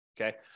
Okay